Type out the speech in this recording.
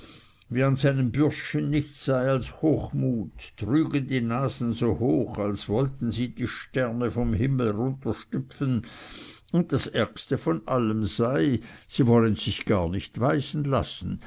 an seinen bürschchen nichts sei als hochmut trügen die nasen so hoch als wollten sie die sterne vom himmel runterstüpfen und was das ärgste von allem sei sie wollten sich gar nicht weisen lassen